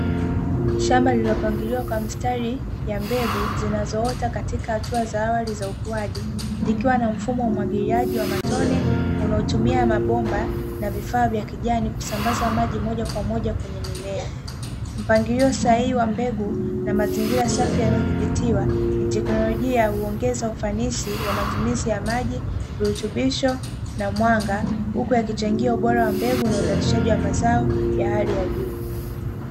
Shamba lililo pangilia kwa mstari ya mbegu zinazo ota katika hatua za awali za ukuaji likiwa na mfumo wa matone unao tumia mabomba na vifaa vya kijani vinavyo samabazwa maji moja kwa moja kwenye mimea. Mpangilio sahihi wa mbegu na mazingira safi yanayo zibitiwa ni tekinologia huoongeza ufanisi ya matumizi ya maji ni virutubisho na mwanga huku wakichangia mbegu na uzalishaji wa mazao wa hali ya juu.